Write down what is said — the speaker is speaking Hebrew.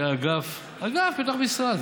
שהיה אגף בתוך משרד,